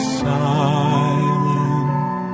silent